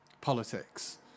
politics